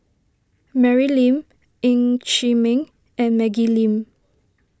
Mary Lim Ng Chee Meng and Maggie Lim